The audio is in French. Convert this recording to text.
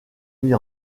mises